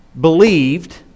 believed